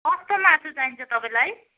कस्तो मासु चाहिन्छ तपाईँलाई